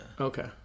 Okay